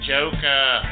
Joker